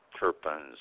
terpenes